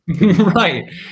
right